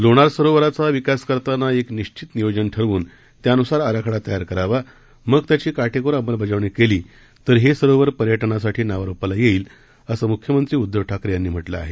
लोणार सरोवराचा विकास करताना एक निश्वित नियोजन ठरवून त्यानुसार आराखडा तयार करावा मग त्याची काटेकोर अंमलबजावणी केली तर हे सरोवर पर्यटनासाठी नावारूपाला येईल असं मुख्यमंत्री उद्दव ठाकरे यांनी म्हटलं आहे